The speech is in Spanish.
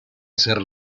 ser